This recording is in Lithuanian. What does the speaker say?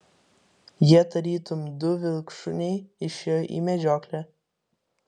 jie tarytum du vilkšuniai išėjo į medžioklę